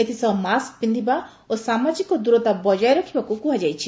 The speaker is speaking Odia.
ଏଥିସହ ମାସ୍କ ପିନ୍ଧିବା ଓ ସାମାଜିକ ଦୂରତା ବଜାୟ ରଖିବାକୁ କୁହାଯାଇଛି